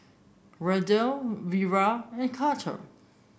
Randall Vira and Carter